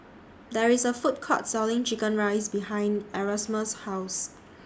There IS A Food Court Selling Chicken Rice behind Erasmus' House